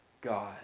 God